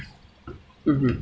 mmhmm